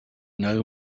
know